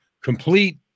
complete